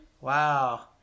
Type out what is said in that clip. Wow